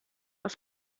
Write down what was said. auf